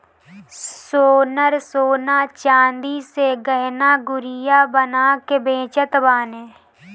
सोनार सोना चांदी से गहना गुरिया बना के बेचत बाने